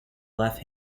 left